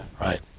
Right